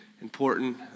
important